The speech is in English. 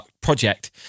project